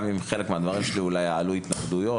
גם אם חלק מהדברים שלי יעלו התנגדויות,